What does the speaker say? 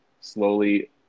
slowly